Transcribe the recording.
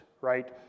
right